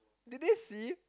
did they see